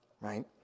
right